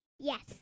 Yes